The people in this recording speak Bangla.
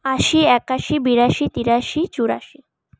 আশি একাশি বিরাশি তিরাশি চুরাশি